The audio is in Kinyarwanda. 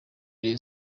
rayon